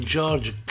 George